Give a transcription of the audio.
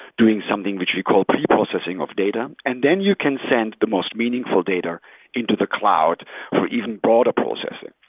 doing something which we call pre-processing of data. and then you can send the most meaningful data into the cloud for even broader processing.